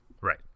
Right